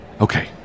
Okay